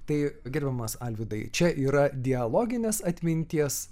tai gerbiamas alvydai čia yra dialoginės atminties